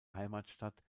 heimatstadt